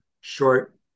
short